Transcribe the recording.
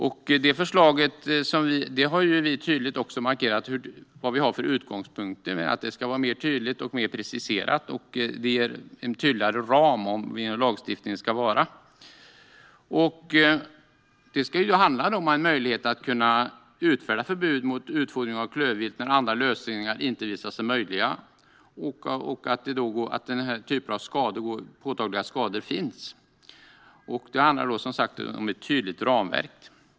Vi har också markerat vilka utgångspunkter vi har: Vi vill att förslaget ska vara tydligare, mer preciserat och ge en tydligare ram för hur en lagstiftning ska se ut. Det ska handla om att ha möjlighet att kunna utfärda förbud mot utfodring av klövvilt när andra lösningar inte visar sig möjliga och när påtagliga skador finns. Det handlar, som sagt, om ett tydligt ramverk.